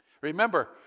Remember